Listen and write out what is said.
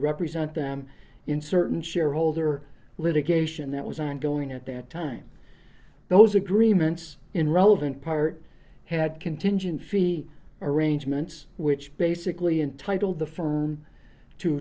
represent them in certain shareholder litigation that was ongoing at that time those agreements in relevant part had contingent fee arrangements which basically entitled the